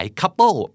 couple